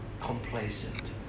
Complacent